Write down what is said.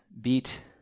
beat